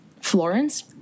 Florence